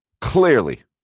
clearly